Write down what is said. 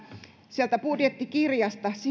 sieltä budjettikirjasta